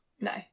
no